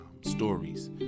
stories